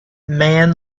man